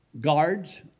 guards